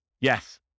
Yes